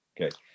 Okay